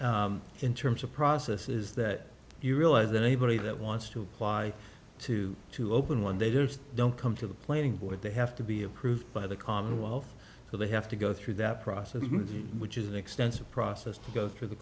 about in terms of process is that you realize than anybody that wants to apply to to open one they just don't come to the planning board they have to be approved by the commonwealth so they have to go through that process which is an extensive process to go through the